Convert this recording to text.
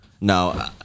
No